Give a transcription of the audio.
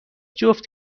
جفت